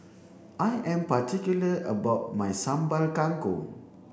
I am particular about my Sambal Kangkong